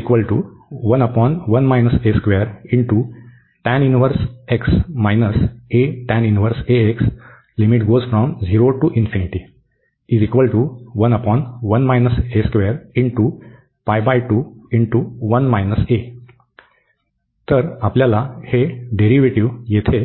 तर तर आपल्याला हे डेरीव्हेटिव येथे